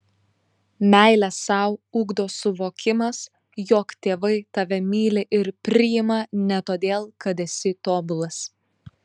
meilę sau ugdo suvokimas jog tėvai tave myli ir priima ne todėl kad esi tobulas